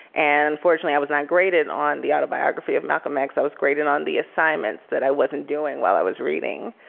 and fortunately, i was not graded on the autobiography of malcolm x. i was graded on the assignments that i wasn't doing while i was reading.